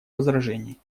возражений